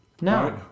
No